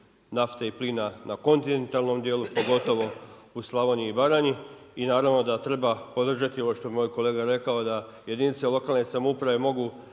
nafte i plina na kontinentalnom dijelu, pogotovo u Slavoniji i Baranji. I naravno da treba podržati, ovo što je moj kolega rekao, da jedinice lokalne samouprave mogu